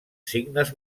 signes